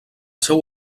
seu